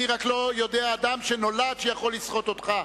אני רק לא יודע על אדם שנולד שיכול לסחוט אותך,